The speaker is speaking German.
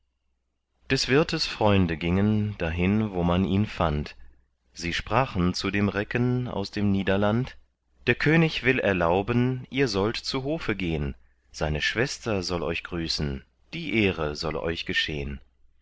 des wirtes freunde gingen dahin wo man ihn fand sie sprachen zu dem recken aus dem niederland der könig will erlauben ihr sollt zu hofe gehn seine schwester soll euch grüßen die ehre soll euch geschehn